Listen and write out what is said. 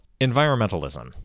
environmentalism